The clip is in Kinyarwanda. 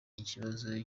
ikibazo